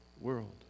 world